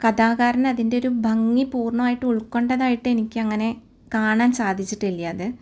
കഥാകാരൻ അതിന്റെയൊരു ഭംഗി പൂര്ണ്ണമായിട്ട് ഉള്ക്കൊണ്ടതായിട്ട് എനിക്കങ്ങനെ കാണാന് സാധിച്ചിട്ടില്ല്യാത്